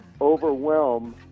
overwhelm